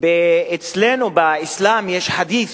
אצלנו באסלאם יש חדית'